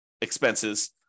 expenses